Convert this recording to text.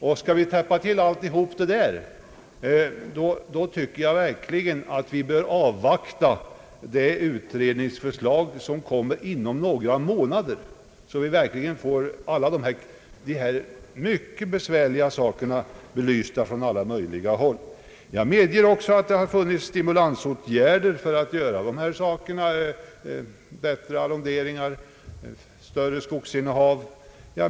För att kunna täppa till alla sådana vägar tycker jag verkligen att vi bör avvakta det utredningsförslag som kommer inom några månader, så att vi får dessa mycket besvärliga förhållanden belysta från alla möjliga håll. Jag medger också, villigt och glatt, att det har förekommit stimulansåtgärder i dessa avseenden — bättre arrondering, större skogsinnehav.